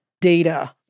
data